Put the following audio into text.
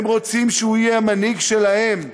הם רוצים שהוא יהיה המנהיג שלהם,